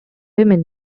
women